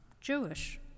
Jewish